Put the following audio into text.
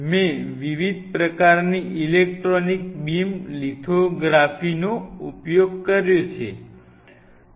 મેં વિવિધ પ્રકારની ઇલેક્ટ્રોનિક બીમ લિથોગ્રાફીનો ઉપયોગ કર્યો